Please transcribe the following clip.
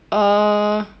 err